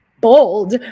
bold